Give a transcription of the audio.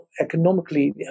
economically